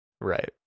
Right